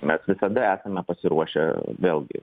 mes visada esame pasiruošę vėlgi